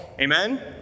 Amen